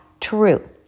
true